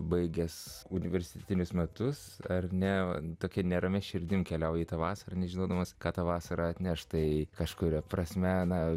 baigęs universitetines metus ar ne tokia neramia širdimi keliauja į tą vasarą nežinodamas ką tą vasarą atneš tai kažkuria prasme na